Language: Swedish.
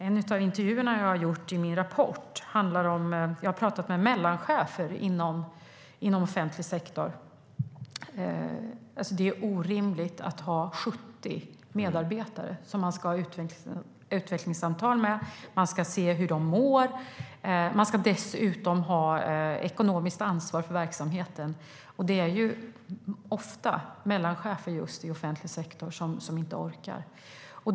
En av intervjuerna jag gjort för min rapport handlar om mellanchefernas roll. Jag har talat med mellanchefer inom offentlig sektor. Det är orimligt att behöva ha 70 medarbetare som man ska ha utvecklingssamtal med. Man ska se hur de mår, och man ska dessutom ha ekonomiskt ansvar för verksamheten. Det är ofta just mellancheferna i offentlig sektor som inte orkar.